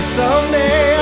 someday